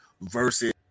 versus